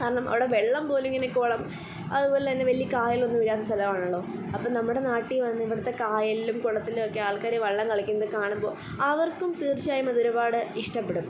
കാരണം അവിടെ വെള്ളം പോലും ഇങ്ങനെ നിൽക്കുവോളം അതുപോലെ തന്നെ വലിയ കായലൊന്നുമില്ലാത്ത സ്ഥലമാണല്ലോ അപ്പം നമ്മുടെ നാട്ടിൽ വന്നിവിടുത്തെ കായലിലും കുളത്തിലൊക്കെ വള്ളം കളിക്കുന്നതു കാണുമ്പോൾ അവർക്കും തീർച്ചയായുമതൊരുപാട് ഇഷ്ടപ്പെടും